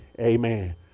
Amen